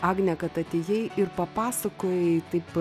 agne kad atėjai ir papasakojai taip